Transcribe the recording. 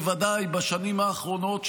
בוודאי בשנים האחרונות,